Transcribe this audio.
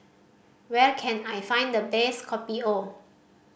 where can I find the best Kopi O